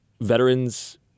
veterans